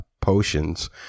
potions